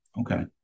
Okay